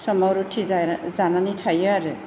समाव रुटि जानो जानानै थायो आरो